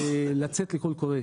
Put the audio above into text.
לצאת לקול קורא,